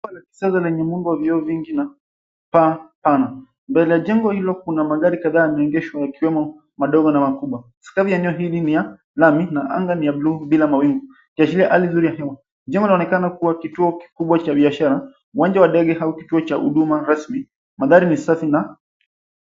...lenye muundo wa vioo vingi na paa pana. Mbele ya jengo hilo kuna magari kadhaa yameegeshwa yakiwemo madogo na makubwa. Sura ya eneo hili ni ya lami na anga ni ya blue bila mawingu. Kiashiria hali nzuri ya hewa. Jengo linaonekana kuwa kituo kikubwa cha biashara, uwanja wa ndege au kituo cha huduma rasmi. Mazari ni safi na...